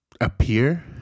appear